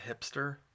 Hipster